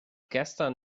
gestern